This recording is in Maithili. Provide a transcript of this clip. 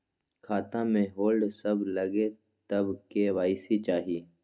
खाता में होल्ड सब लगे तब के.वाई.सी चाहि?